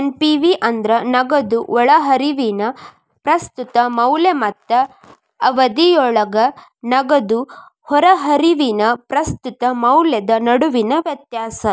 NPV ಅಂದ್ರ ನಗದು ಒಳಹರಿವಿನ ಪ್ರಸ್ತುತ ಮೌಲ್ಯ ಮತ್ತ ಅವಧಿಯೊಳಗ ನಗದು ಹೊರಹರಿವಿನ ಪ್ರಸ್ತುತ ಮೌಲ್ಯದ ನಡುವಿನ ವ್ಯತ್ಯಾಸ